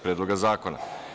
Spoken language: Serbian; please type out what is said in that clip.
Predloga zakona.